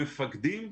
המפקדים,